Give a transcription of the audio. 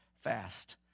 fast